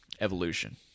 evolution